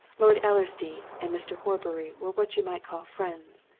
lord ellersdeane and mr. horbury were what you might call friends,